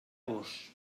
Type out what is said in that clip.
gos